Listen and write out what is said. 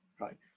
right